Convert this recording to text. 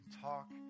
talk